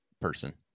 person